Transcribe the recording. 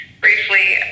briefly